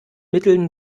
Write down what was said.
mitteln